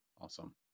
awesome